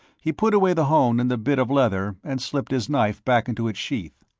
he put away the hone and the bit of leather and slipped his knife back into its sheath.